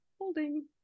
holding